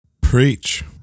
Preach